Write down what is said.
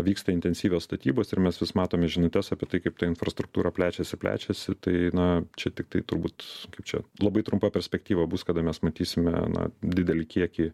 vyksta intensyvios statybos ir mes vis matome žinutes apie tai kaip ta infrastruktūra plečiasi plečiasi tai na čia tiktai turbūt kaip čia labai trumpa perspektyva bus kada mes matysime na didelį kiekį